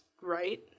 right